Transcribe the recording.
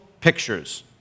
pictures